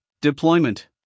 deployment